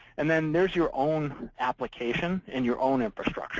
and then there's your own application and your own infrastructure